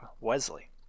Wesley